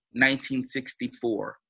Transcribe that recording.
1964